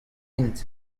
int